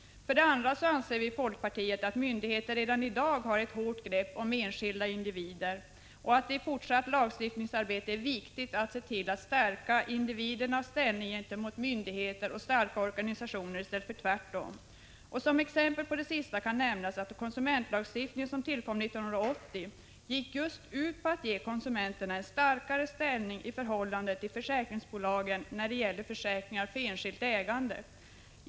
För det andra anser vi i folkpartiet att myndigheterna redan i dag har ett hårt grepp om den enskilde individen och att det i det fortsatta lagstiftningsarbetet är viktigt att stärka individernas ställning gentemot myndigheter och starka organisationer i stället för tvärtom. Som exempel på det sista kan nämnas att konsumentlagstiftningen, som tillkom 1980, just gick ut på ge konsumenterna starkare ställning i förhållande till försäkringsbolagen när Prot. 1985/86:148 det gällde försäkringar för enskilt ägande.